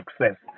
success